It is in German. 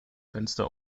fenster